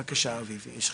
בבקשה, אביב.